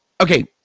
Okay